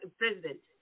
president